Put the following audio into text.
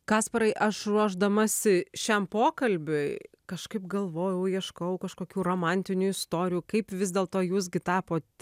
kasparai aš ruošdamasi šiam pokalbiui kažkaip galvojau ieškojau kažkokių romantinių istorijų kaip vis dėlto jūs gi tapot